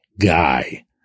guy